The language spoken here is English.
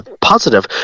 Positive